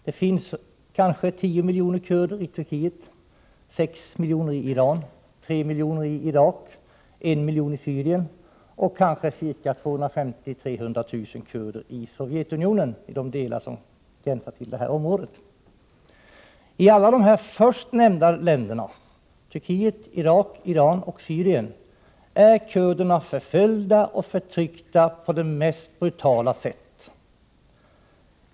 Det finns kanske 10 miljoner kurder i Turkiet, 6 miljoner i Iran, 3 miljoner i Irak, 1 miljon i Syrien och kanske 250 000-300 000i Sovjetunionen i de delar som gränsar till nämnda områden. I alla de först nämnda länderna — Turkiet, Irak, Iran och Syrien — är kurderna förföljda och förtryckta på det mest brutala sätt.